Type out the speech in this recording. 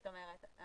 זאת אומרת,